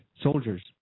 soldiers